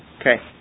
Okay